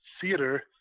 theater